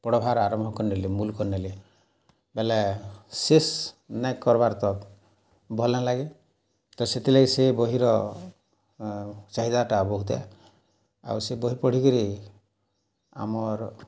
ପଢ଼୍ବାର ଆରମ୍ଭ କରିନେଲେ ମୁଲ୍ କରିନେଲି ବେଲେ ସେ ନାଇ କର୍ବାର୍ ତକ୍ ଭଲ୍ ନାଇଲାଗେ ତ ସେଥିର୍ଲାଗି ସେ ବହିର ଚାହିଦାଟା ବହୁତ୍ ଆଉ ସେ ବହି ପଢ଼ିକିରି ଆମର୍